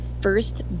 first